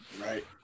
Right